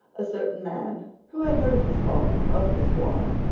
a certain man, who had heard of the song of the swan,